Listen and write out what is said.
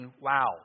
wow